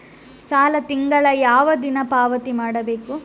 ಸಾಲ ತಿಂಗಳ ಯಾವ ದಿನ ಪಾವತಿ ಮಾಡಬೇಕು?